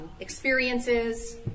experiences